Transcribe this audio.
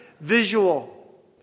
visual